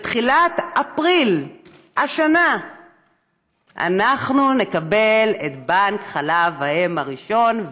בתחילת אפריל השנה אנחנו נקבל את בנק חלב האם הראשון,